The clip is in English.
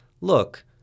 look